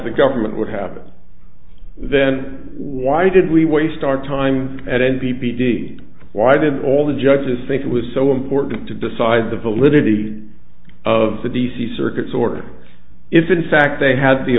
the government would have then why did we waste our time and n p p d why did all the judges think it was so important to decide the validity of the d c circuit sword if in fact they had the